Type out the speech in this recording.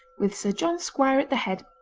with sir john squire at the head,